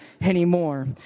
anymore